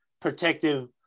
protective